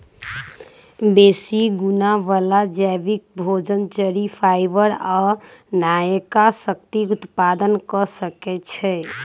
बेशी गुण बला जैबिक भोजन, चरि, फाइबर आ नयका शक्ति उत्पादन क सकै छइ